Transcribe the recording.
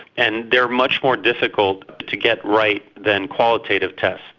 and they're much more difficult to get right than qualitative tests.